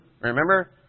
Remember